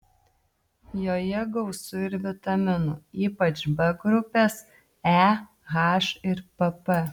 joje gausu ir vitaminų ypač b grupės e h ir pp